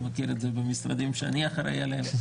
אני מכיר את זה במשרדים שאני אחראי עליהם.